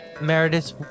Meredith